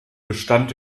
bestand